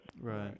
Right